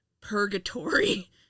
purgatory